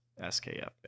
skf